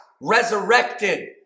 resurrected